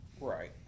Right